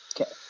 Okay